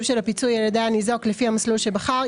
של הפיצוי על ידי הניזוק לפי המסלול שבחר,